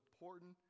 important